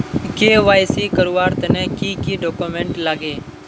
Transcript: KYC करवार तने की की डॉक्यूमेंट लागे?